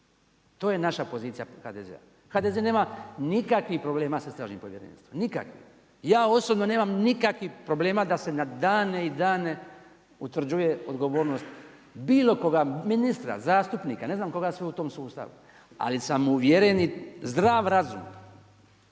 to je naša pozicija HDZ-a. HDZ nema nikakvih problema sa istražim povjerenstvom, nikakvih, ja osobno nemam nikakvih problema da se na dane i dane utvrđuje odgovornost bilo koga ministra, zastupnika ne znam koga sve u tom sustavu. Ali sam uvjeren i zdrav razum